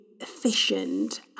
efficient